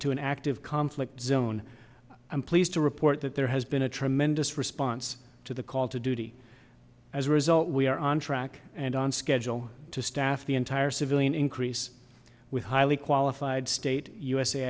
into an active conflict zone i'm pleased to report that there has been a tremendous response to the call to duty as a result we are on track and on schedule to staff the entire civilian increase with highly qualified state u